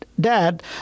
Dad